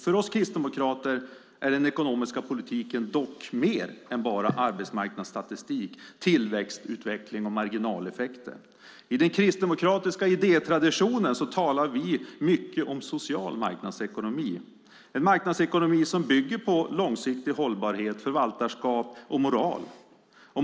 För oss kristdemokrater är den ekonomiska politiken dock mer än bara arbetsmarknadsstatistik, tillväxtutveckling och marginaleffekter. I den kristdemokratiska idétraditionen talar vi mycket om social marknadsekonomi. Det är en marknadsekonomi som bygger på långsiktig hållbarhet, förvaltarskap och moral.